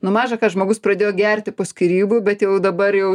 nu maža kad žmogus pradėjo gerti po skyrybų bet jau dabar jau